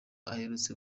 aherutse